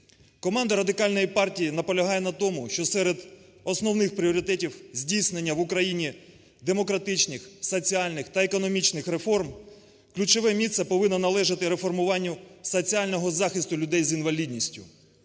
Команда Радикальної партії наполягає на тому, що серед основних пріоритетів здійснення в Україні демократичних, соціальних та економічних реформ ключове місце повинно належати реформуванню соціального захисту людей з інвалідністю.